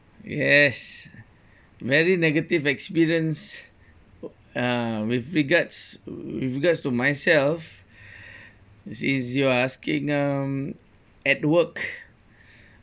yes very negative experience uh with regards with regards to myself since you are asking um at work